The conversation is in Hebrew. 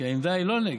כי העמדה היא לא נגד.